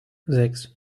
sechs